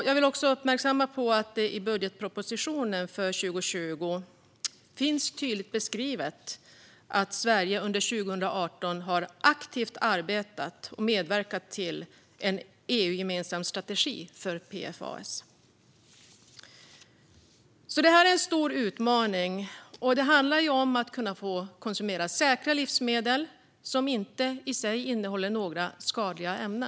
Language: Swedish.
Jag vill också uppmärksamma att det i budgetpropositionen för 2020 finns tydligt beskrivet att Sverige under 2018 aktivt arbetade för och medverkade till en EU-gemensam strategi för PFAS. Detta är en stor utmaning. Det handlar om att kunna få konsumera säkra livsmedel som inte i sig innehåller några skadliga ämnen.